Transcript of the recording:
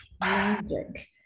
Magic